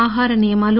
ఆహారనియమాలు